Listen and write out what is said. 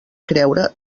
creure